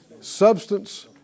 Substance